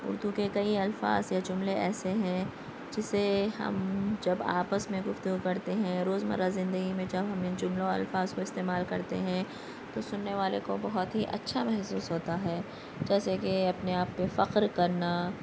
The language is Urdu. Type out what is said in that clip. اردو کے کئی الفاظ یا جملے ایسے ہیں جسے ہم جب آپس میں گفتگو کرتے ہیں روزمرہ زندگی میں جب ہم ان جملوں الفاظ کو استعمال کرتے ہیں تو سننے والے کو بہت ہی اچھا محسوس ہوتا ہے جیسے کہ اپنے آپ پہ فخر کرنا